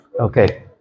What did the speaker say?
okay